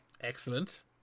excellent